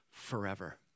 forever